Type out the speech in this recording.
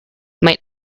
might